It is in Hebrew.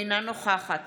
אינה נוכחת